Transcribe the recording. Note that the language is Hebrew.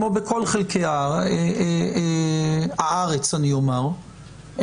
כמו בכל חלקי הארץ אני אומר,